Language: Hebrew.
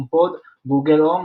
Google Home,